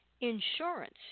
insurance